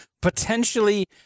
potentially